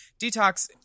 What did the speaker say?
Detox